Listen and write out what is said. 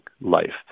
life